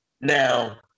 Now